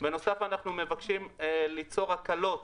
בנוסף אנחנו מבקשים ליצור הקלות